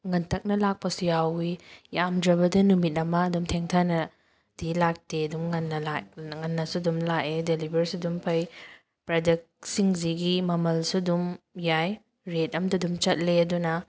ꯉꯟꯇꯛꯅ ꯂꯥꯛꯄꯁꯨ ꯌꯥꯎꯋꯤ ꯌꯥꯝꯗ꯭ꯔꯕꯗ ꯅꯨꯃꯤꯠ ꯑꯃ ꯑꯗꯨꯝ ꯊꯦꯡꯊꯅꯗꯤ ꯂꯥꯛꯇꯦ ꯑꯗꯨꯝ ꯉꯟꯅ ꯂꯥꯛ ꯉꯟꯅꯁꯨ ꯑꯗꯨꯝ ꯂꯥꯛꯑꯦ ꯗꯦꯂꯤꯚꯔꯁꯨ ꯑꯗꯨꯝ ꯐꯩ ꯄ꯭ꯔꯗꯛꯁꯤꯡꯁꯤꯒꯤ ꯃꯃꯜꯁꯨ ꯑꯗꯨꯝ ꯌꯥꯏ ꯔꯦꯠ ꯑꯃꯗ ꯑꯗꯨꯝ ꯆꯠꯂꯤ ꯑꯗꯨꯅ